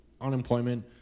unemployment